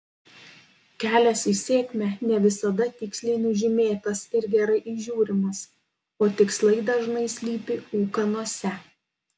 kelias į sėkmę ne visada tiksliai nužymėtas ir gerai įžiūrimas o tikslai dažnai slypi ūkanose